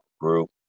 group